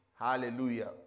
Hallelujah